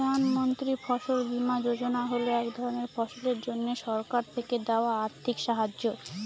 প্রধান মন্ত্রী ফসল বীমা যোজনা হল এক ধরনের ফসলের জন্যে সরকার থেকে দেওয়া আর্থিক সাহায্য